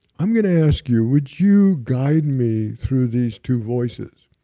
i'm going to ask you, would you guide me through these two voices?